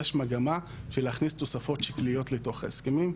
מגמה של להכניס תוספות שקליות לתוך ההסכמים.